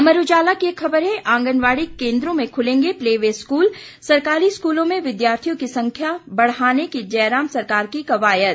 अमर उजाला की एक खबर है आंगनबाड़ी केन्द्रों में खुलेंगे प्ले वे स्कूल सरकारी स्कूलों में विद्यार्थियों की संख्या बढ़ाने की जयराम सरकार की कवायद